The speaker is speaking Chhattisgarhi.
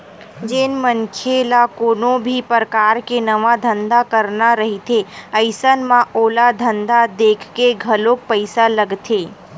जेन मनखे ल कोनो भी परकार के नवा धंधा करना रहिथे अइसन म ओला धंधा देखके घलोक पइसा लगथे